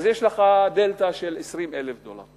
אז, יש לך דלתא של 20,000 דולר.